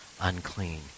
unclean